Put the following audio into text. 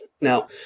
Now